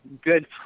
good